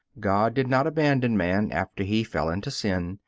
god did not abandon man after he fell into sin,